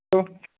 hello